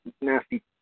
nasty